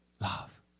love